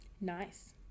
nice